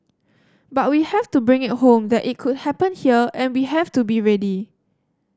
but we have to bring it home that it could happen here and we have to be ready